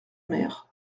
mer